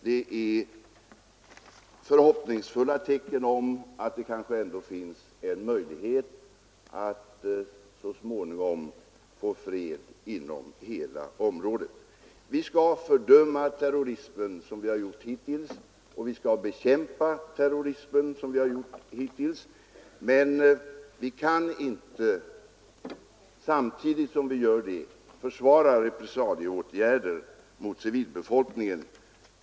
Det är förhoppningsfulla tecken på att det kanske ändå finns en möjlighet att så småningom få fred inom hela området. Vi skall fördöma och bekämpa terrorismen, som vi har gjort hittills, men vi kan inte samtidigt som vi gör det försvara repressalieåtgärder mot civilbefolkningen.